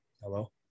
Hello